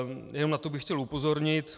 Jenom na to bych chtěl upozornit.